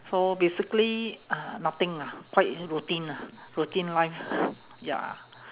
so basically uh nothing lah quite routine lah routine life ya